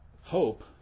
hope